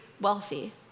wealthy